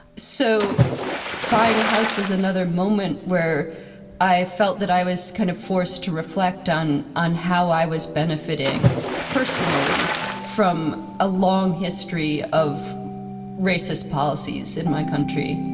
so buying a house was another moment where i felt that i was kind of forced to reflect on on how i was benefiting personally from a long history of racist policies in my country